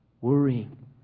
worrying